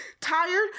tired